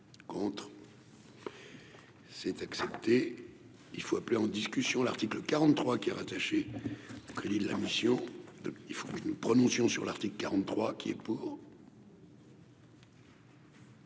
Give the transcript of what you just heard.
Contre. C'est accepter, il faut appeler en discussion, l'article 43 qui est rattaché à crédit, la mission de il faut que nous nous prononcions sur l'article 43, qui est pour.